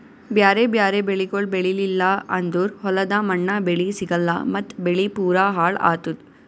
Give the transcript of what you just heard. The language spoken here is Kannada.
ಬ್ಯಾರೆ ಬ್ಯಾರೆ ಬೆಳಿಗೊಳ್ ಬೆಳೀಲಿಲ್ಲ ಅಂದುರ್ ಹೊಲದ ಮಣ್ಣ, ಬೆಳಿ ಸಿಗಲ್ಲಾ ಮತ್ತ್ ಬೆಳಿ ಪೂರಾ ಹಾಳ್ ಆತ್ತುದ್